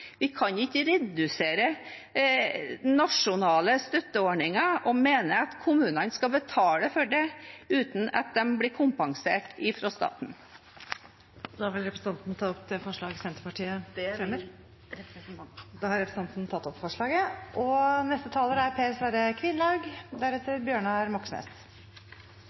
Vi kan ikke redusere nasjonale støtteordninger og mene at kommunene skal betale for det, uten at de blir kompensert fra staten. Jeg tar opp forslaget fra Senterpartiet. Representanten Heidi Greni har tatt opp det forslaget hun refererte til. Jeg er